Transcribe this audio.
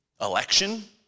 election